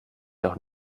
doch